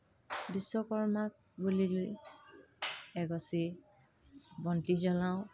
বিশ্বকৰ্মাক বুলি এগচি বন্তি জ্বলাওঁ